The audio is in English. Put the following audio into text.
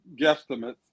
guesstimates